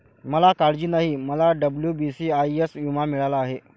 मला काळजी नाही, मला डब्ल्यू.बी.सी.आय.एस विमा मिळाला आहे